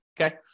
okay